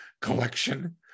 collection